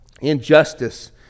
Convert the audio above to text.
injustice